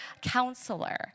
counselor